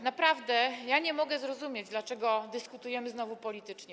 Naprawdę nie mogę zrozumieć, dlaczego dyskutujemy znowu politycznie.